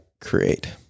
create